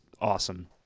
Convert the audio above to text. awesome